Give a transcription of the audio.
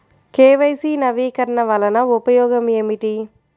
KYC నవీకరణ వలన ఉపయోగం ఏమిటీ?